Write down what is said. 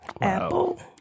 Apple